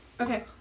Okay